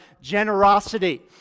generosity